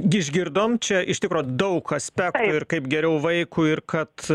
gi išgirdom čia iš tikro daug aspektų ir kaip geriau vaikui ir kad